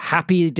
Happy